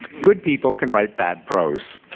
good people can write bad prose.